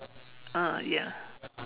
ah ya